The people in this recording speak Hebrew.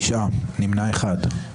9 נמנעים, אין לא אושרה.